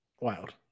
Wild